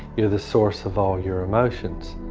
you're the source of all your emotions.